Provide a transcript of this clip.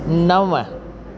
नव